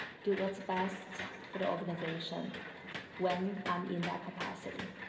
do what's best for the organization when i'm in that capacity.